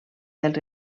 dels